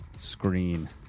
screen